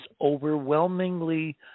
overwhelmingly